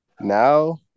now